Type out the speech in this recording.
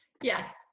Yes